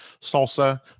salsa